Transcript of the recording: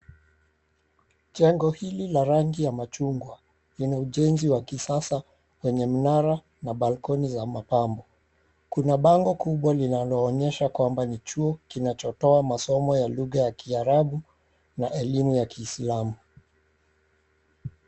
Jengo hili la rangi ya machungwa, lina ujenzi wa kisasa wenye mnara na balcony za mapambo. Kuna bango kubwa linaloonyesha kwamba ni chuo kinacho toa masomo ya lugha ya kiarabu na elimu ya kiislamu.